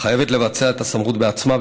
חייבת לבצע את הסמכות בעצמה,